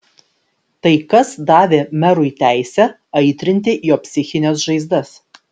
tai kas davė merui teisę aitrinti jo psichines žaizdas